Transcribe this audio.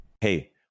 Hey